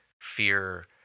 fear